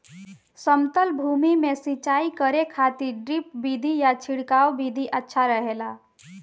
समतल भूमि में सिंचाई करे खातिर ड्रिप विधि या छिड़काव विधि अच्छा रहेला?